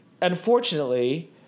unfortunately